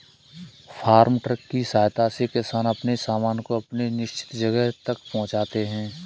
farm truck की सहायता से किसान अपने सामान को अपने निश्चित जगह तक पहुंचाते हैं